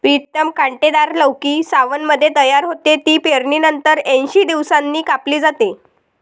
प्रीतम कांटेदार लौकी सावनमध्ये तयार होते, ती पेरणीनंतर ऐंशी दिवसांनी कापली जाते